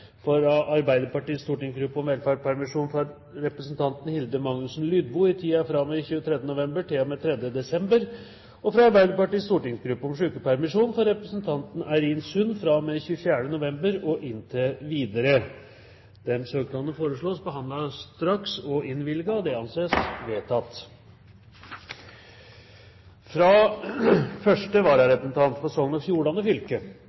fra Arbeiderpartiets stortingsgruppe om velferdspermisjon for representanten Hilde Magnusson Lydvo i tiden fra og med 23. november til og med 3. desember fra Arbeiderpartiets stortingsgruppe om sykepermisjon for representanten Eirin Sund fra og med 24. november og inntil videre Disse søknadene foreslås behandlet straks og innvilget. – Det anses vedtatt. Fra første vararepresentant for Sogn og Fjordane fylke,